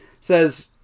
says